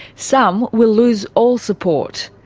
some will lose all support.